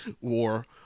war